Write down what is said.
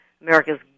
America's